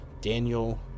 Daniel